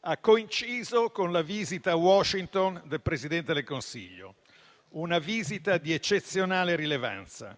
ha coinciso con la visita a Washington del Presidente del Consiglio, una visita di eccezionale rilevanza.